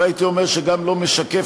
והייתי אומר שגם לא משקף,